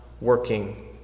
working